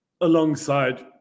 alongside